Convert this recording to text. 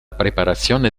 preparazione